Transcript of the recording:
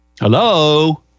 Hello